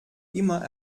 immer